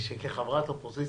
כחברת אופוזיציה,